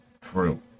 true